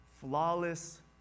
flawless